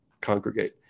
congregate